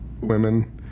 women